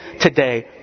today